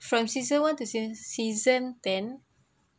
from season one to season season ten